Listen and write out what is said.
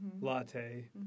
latte